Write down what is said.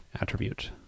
attribute